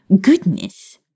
goodness